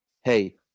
hey